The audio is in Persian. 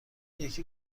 یکی